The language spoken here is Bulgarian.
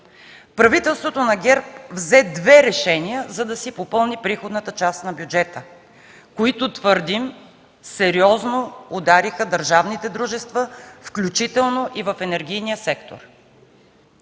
Правителството на ГЕРБ взе две решения, за да си попълни приходната част на бюджета, които – твърдим, сериозно удариха държавните дружества, включително и в енергийния сектор.